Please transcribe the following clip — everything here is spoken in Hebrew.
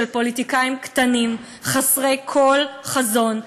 של פוליטיקאים קטנים חסרי כל חזון,